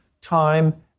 time